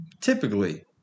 typically